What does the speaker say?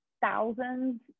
thousands